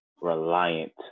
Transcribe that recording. reliant